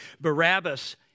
Barabbas